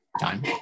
time